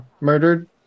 murdered